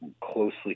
closely